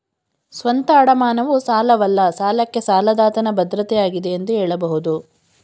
ಸ್ವಂತ ಅಡಮಾನವು ಸಾಲವಲ್ಲ ಸಾಲಕ್ಕೆ ಸಾಲದಾತನ ಭದ್ರತೆ ಆಗಿದೆ ಎಂದು ಹೇಳಬಹುದು